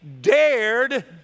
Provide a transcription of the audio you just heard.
dared